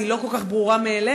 היא לא כל כך ברורה מאליה,